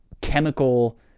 chemical